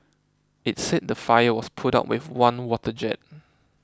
it said the fire was put out with one water jet